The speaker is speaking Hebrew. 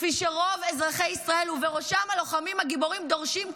כפי שרוב אזרחי ישראל ובראשם הלוחמים הגיבורים דורשים כמונו.